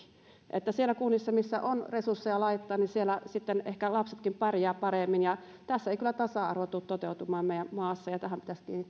asemaankin niissä kunnissa missä on resursseja laittaa ehkä lapsetkin sitten pärjäävät paremmin ja tässä ei kyllä tasa arvo tule toteutumaan meidän maassa ja tähän pitäisi kiinnittää